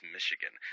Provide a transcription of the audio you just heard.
Michigan